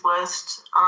list